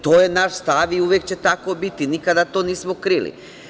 To je naš stav i uvek će tako biti, nikada to nismo krili.